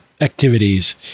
activities